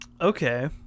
Okay